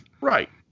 right